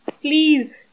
Please